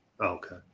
okay